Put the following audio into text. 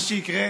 מה שיקרה,